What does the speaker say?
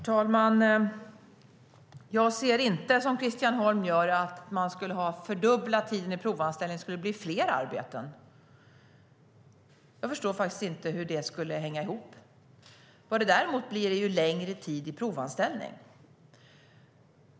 Herr talman! Jag ser inte, som Christian Holm gör, att det skulle bli fler jobb om man fördubblade tiden i provanställning. Jag förstår faktiskt inte hur det skulle hänga ihop. Vad det däremot blir är längre tid i provanställning.